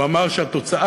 הוא אמר שהתוצאה,